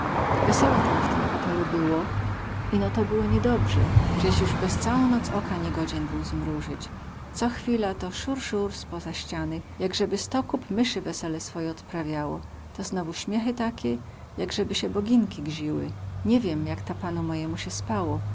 wesoło tam w tym hotelu było ino to było nie dobrze ześ juz bez całą noc oka nie godzien był zmruzyć co chwila to sur sur poza ściany jakzeby sto kóp mysy wesele swoje odprawiało to znowu śmiechy takie jakzeby sie boginki gziły nie wiem jak ta panu mojemu sie spało